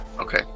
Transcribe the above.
Okay